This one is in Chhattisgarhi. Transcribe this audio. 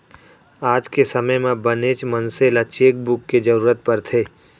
आज के समे म बनेच मनसे ल चेकबूक के जरूरत परथे